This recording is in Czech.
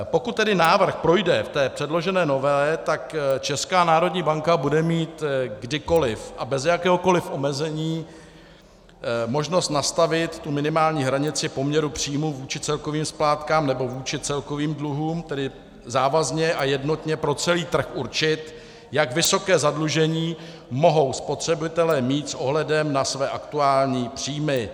Pokud návrh projde v té předložené novele, tak Česká národní banka bude mít kdykoliv a bez jakéhokoli omezení možnost nastavit minimální hranici poměru příjmů vůči celkovým splátkám nebo vůči celkovým dluhům, tedy závazně a jednotně pro celý trh určit, jak vysoké zadlužení mohou spotřebitelé mít s ohledem na své aktuální příjmy.